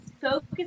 focus